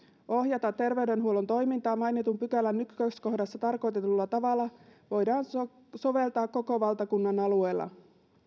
ohjata terveydenhuollon toimintaa mainitun pykälän ensimmäisessä kohdassa tarkoitetulla tavalla voidaan soveltaa koko valtakunnan alueella